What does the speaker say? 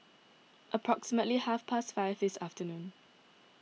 approximately half past five this afternoon